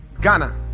Ghana